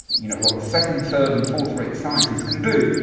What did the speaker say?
you know, what second, third and fourth rate scientists can do,